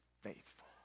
faithful